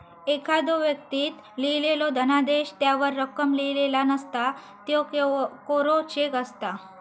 एखाद्दो व्यक्तीक लिहिलेलो धनादेश त्यावर रक्कम लिहिलेला नसता, त्यो कोरो चेक असता